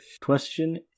Question